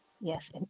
Yes